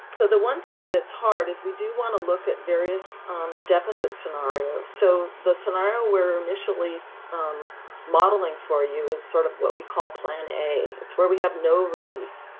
so the one thing that's hard is we do wanna look at various deficit scenarios. so the scenario we're initially modeling for you is sort of what we call plan a. it's where we have no relief.